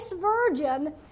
virgin